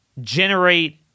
generate